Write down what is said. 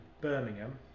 Birmingham